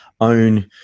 own